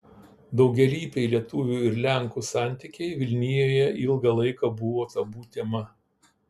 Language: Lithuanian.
daugialypiai lietuvių ir lenkų santykiai vilnijoje ilgą laiką buvo tabu tema